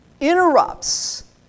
interrupts